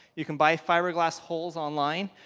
you can buy fiberglass wholes on line,